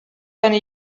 seine